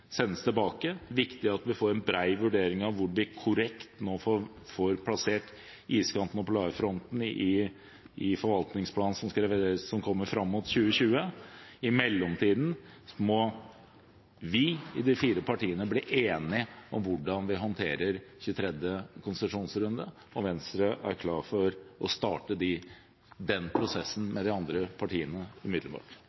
sendes tilbake. Det er viktig at vi får en bred vurdering av hvor vi korrekt får plassert iskanten og polarfronten i forvaltningsplanen fram mot 2020. I mellomtiden må vi i de fire partiene bli enige om hvordan vi håndterer 23. konsesjonsrunde, og Venstre er klar for å starte den prosessen med de andre partiene